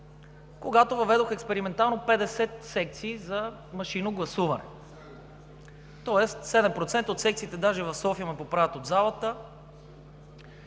когато въведоха експериментално 50 секции за машинно гласуване – тоест 7% от секциите даже в София, ме поправят от залата,